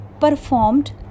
performed